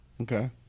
Okay